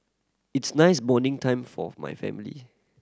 its nice bonding time forth my family